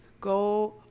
go